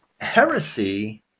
heresy